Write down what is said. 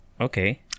Okay